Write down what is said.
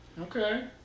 Okay